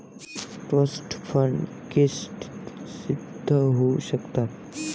trust fund क्लिष्ट सिद्ध होऊ शकतात